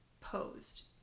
posed